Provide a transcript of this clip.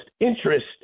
interest